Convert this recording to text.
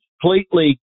completely